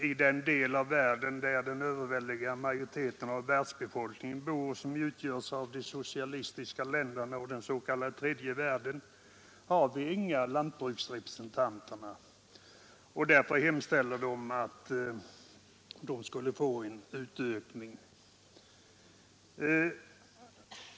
I den del av världen där den överväldigande majoriteten av världsbefokningen bor och som utgöres av de socialistiska länderna och den s.k. tredje världen har vi inga lantbruksrepresentanter, förklarar motionärerna. De hemställer därför om en utökning av lantbruksrepresentationen i utlandet.